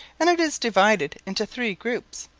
and it is divided into three groups,